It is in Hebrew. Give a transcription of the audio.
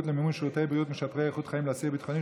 למימון שירותי בריאות משפרי איכות חיים לאסיר ביטחוני),